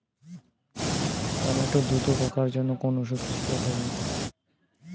Tomato দ্রুত পাকার জন্য কোন ওষুধ স্প্রে করব?